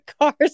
cars